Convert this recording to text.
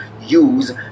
use